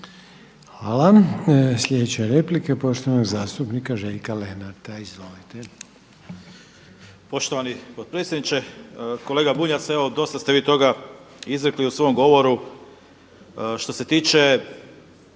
Hvala. Sljedeća je replika poštovanog zastupnika Željka Lenarta. Izvolite.